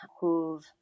who've